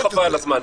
לא חבל על הזמן,